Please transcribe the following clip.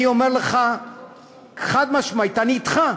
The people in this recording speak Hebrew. אני אומר לך חד-משמעית: אני אתך,